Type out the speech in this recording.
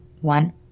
one